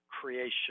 creation